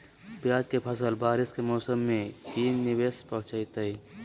प्याज के फसल बारिस के मौसम में की निवेस पहुचैताई?